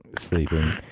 sleeping